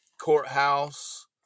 courthouse